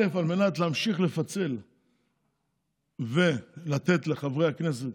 דבר ראשון, על מנת להמשיך לפצל ולתת לחברי הכנסת